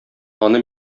аны